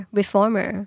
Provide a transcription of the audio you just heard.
reformer